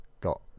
got